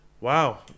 wow